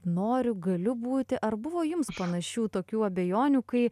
noriu galiu būti ar buvo jums panašių tokių abejonių kai